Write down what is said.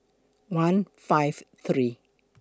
one five three